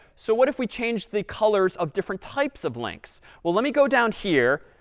so what if we change the colors of different types of links? well, let me go down here,